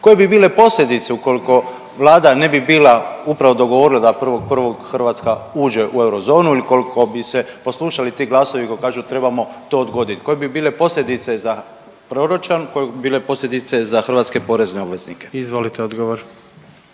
Koje bi bile posljedice ukoliko vlada ne bi bila upravo dogovorila da 1.1. Hrvatska uđe u eurozonu ili koliko bi se poslušali glasovi koji kažu trebamo to odgoditi, koje bi bile posljedice za proračun, koje bi bile posljedice za hrvatske porezne obveznike? **Jandroković,